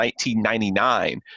1999